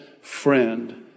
friend